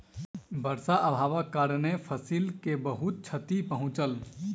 वर्षा अभावक कारणेँ फसिल के बहुत क्षति पहुँचल